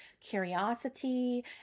curiosity